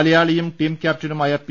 മല യാളിയും ടീം ക്യാപ്റ്റനുമായ പി